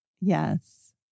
Yes